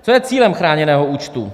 Co je cílem chráněného účtu?